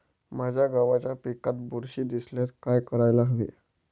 माझ्या गव्हाच्या पिकात बुरशी दिसल्यास काय करायला हवे?